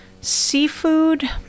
Seafood